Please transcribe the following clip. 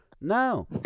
No